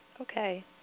Okay